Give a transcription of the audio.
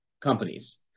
companies